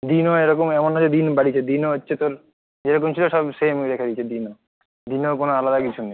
দিনও এরকম এমন নয় যে দিন বাড়িয়েছে দিনও হচ্ছে তোর যেরকম ছিলো সব সেমই রেখে দিয়েছে দিনও দিনেও কোনো আলাদা কিছু নেই